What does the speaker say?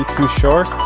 too short